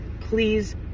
Please